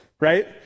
right